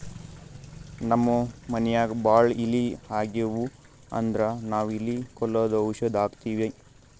ನಮ್ಮ್ ಮನ್ಯಾಗ್ ಭಾಳ್ ಇಲಿ ಆಗಿವು ಅಂದ್ರ ನಾವ್ ಇಲಿ ಕೊಲ್ಲದು ಔಷಧ್ ಹಾಕ್ತಿವಿ